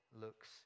looks